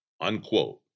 Unquote